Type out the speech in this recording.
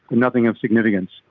and nothing of significance.